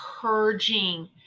purging